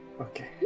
Okay